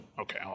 Okay